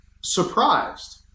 surprised